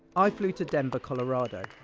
i flew to denver, colorado,